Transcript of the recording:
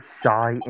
shy